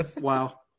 Wow